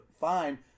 fine